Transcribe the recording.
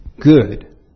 good